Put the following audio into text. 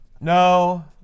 No